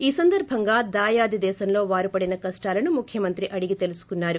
ఈ సందర్భంగా దాయాది దేశంలో వారు పడిన కష్షాలను ముఖ్యమంత్రి అడిగి తెలుసుకున్నారు